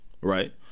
right